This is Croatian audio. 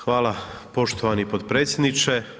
Hvala poštovani potpredsjedniče.